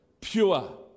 pure